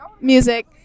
music